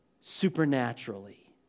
supernaturally